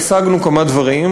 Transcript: והשגנו כמה דברים,